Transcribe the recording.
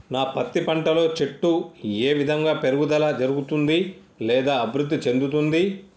నా పత్తి పంట లో చెట్టు ఏ విధంగా పెరుగుదల జరుగుతుంది లేదా అభివృద్ధి చెందుతుంది?